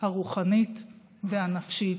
הרוחנית והנפשית,